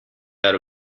are